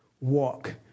walk